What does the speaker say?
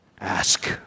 ask